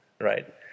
right